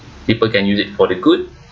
people can use it for the good